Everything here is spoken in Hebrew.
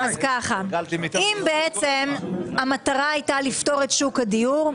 אם המטרה הייתה לפתור את שוק הדיור,